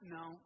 no